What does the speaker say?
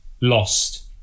lost